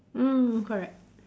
mm correct